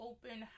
Open